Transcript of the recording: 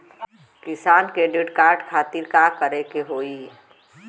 किसान credit card खातिर का करे के होई?